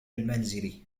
المنزل